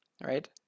right